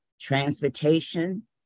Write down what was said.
transportation